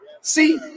See